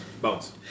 bones